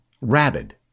rabid